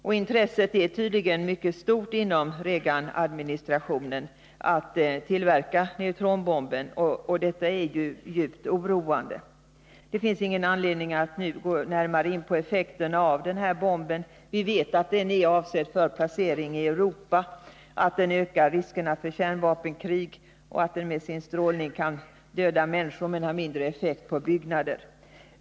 Och inom Reaganadministrationen är tydligen intresset för att tillverka neutronbomben mycket stort, vilket är djupt oroande. Det finns ingen anledning att nu närmare gå in på effekterna av neutronbomben. Men vi vet att den är avsedd för placering i Europa, att den ökar riskerna för kärnvapenkrig och att den med sin strålning dödar människor men har mindre effekt på byggnader.